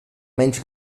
menys